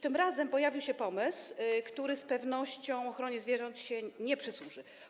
Tym razem pojawił się pomysł, który z pewnością ochronie zwierząt się nie przysłuży.